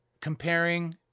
Comparing